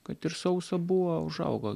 kad ir sausa buvo užaugo